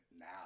now